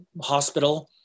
hospital